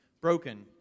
broken